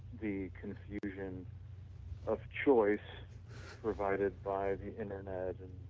the confusion of choice provided by the internet and